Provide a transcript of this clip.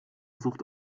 sucht